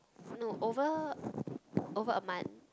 no over over a month